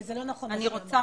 כי זה לא נכון --- לא משנה.